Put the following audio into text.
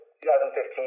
2015